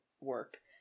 work